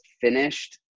finished